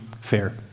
fair